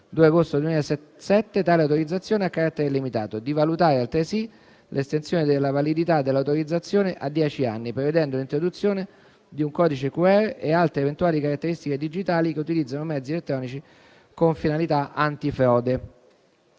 2 agosto 2007, tale autorizzazione ha carattere illimitato; di valutare, altresì, l'estensione della validità dell'autorizzazione a dieci anni, prevedendo l'introduzione di un codice QR e altre eventuali caratteristiche digitali che utilizzano mezzi elettronici con finalità antifrode».